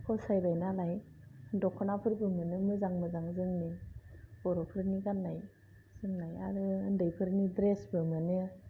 फसायबाय नालाय दख'नाफोरबो मोनो मोजां मोजां जोंनि बर'फोरनि गाननाय जोमनाय आरो उन्दैफोरनि ड्रेसबो मोनो